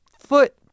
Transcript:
foot